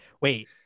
Wait